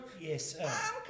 Yes